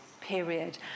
period